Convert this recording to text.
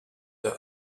the